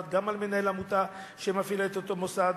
וגם על מנהל העמותה שמפעילה את אותו מוסד,